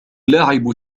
لاعب